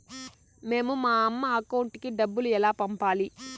మేము మా అమ్మ అకౌంట్ కి డబ్బులు ఎలా పంపాలి